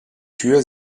tür